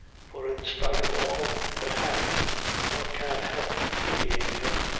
for in spite of all that happened one can't help pity'n' him,